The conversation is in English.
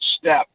step